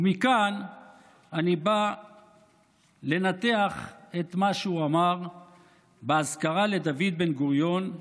ומכאן אני בא לנתח את מה שהוא אמר באזכרה לדוד בן-גוריון,